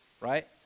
right